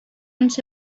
minutes